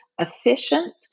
efficient